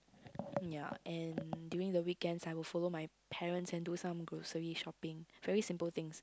ya and during the weekends I will follow my parents and do some grocery shopping very simple thing